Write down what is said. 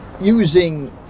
using